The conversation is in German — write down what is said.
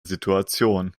situation